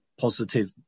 positive